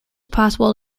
possible